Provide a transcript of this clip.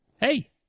Hey